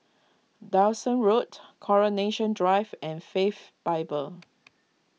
Dyson Road Coronation Drive and Faith Bible